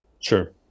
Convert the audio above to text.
Sure